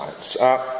science